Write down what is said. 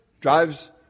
drives